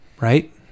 Right